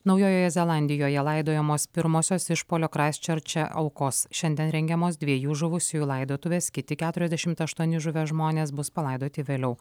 naujojoje zelandijoje laidojamos pirmosios išpuolio kraistčerče aukos šiandien rengiamos dviejų žuvusiųjų laidotuvės kiti keturiasdešimt aštuoni žuvę žmonės bus palaidoti vėliau